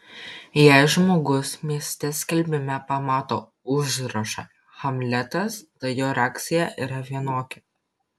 jei žmogus mieste skelbime pamato užrašą hamletas tai jo reakcija yra vienokia